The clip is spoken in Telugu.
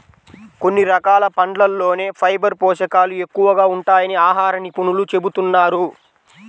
కొన్ని రకాల పండ్లల్లోనే ఫైబర్ పోషకాలు ఎక్కువగా ఉంటాయని ఆహార నిపుణులు చెబుతున్నారు